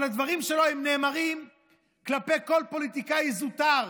אבל הדברים שלו, הם נאמרים כלפי כל פוליטיקאי זוטר